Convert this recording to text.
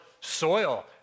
soil